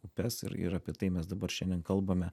upes ir ir apie tai mes dabar šiandien kalbame